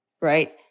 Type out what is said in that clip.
Right